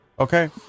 Okay